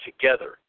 together